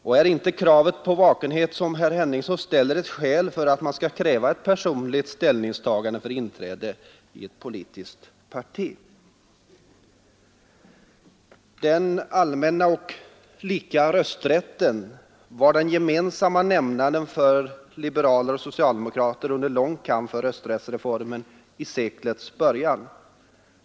Och är inte det krav på vakenhet som herr Henningsson ställer ett skäl för att man skall kräva ett personligt ställningstagande för inträde i ett politiskt parti? Den allmänna och lika rösträtten var den gemensamma nämnaren för liberaler och socialdemokrater under lång kamp för rösträttsreformen i seklets början.